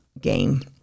game